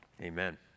Amen